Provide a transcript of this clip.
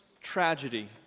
tragedy